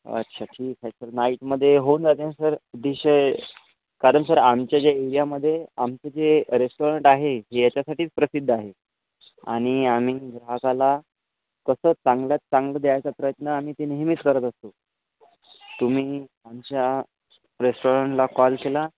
अच्छा ठीक आहे सर नाईटमध्ये होऊन जाते न सर डिशेश कारण सर आमच्या ज्या एरियामध्ये आमचे जे रेस्टॉरंट आहे जे याच्यासाठीच प्रसिद्ध आहे आणि आम्ही ग्राहकाला कसं चांगल्यात चांगलं द्यायचा प्रयत्न आम्ही ते नेहमीच करत असतो तुम्ही आमच्या रेस्टॉरंटला कॉल केला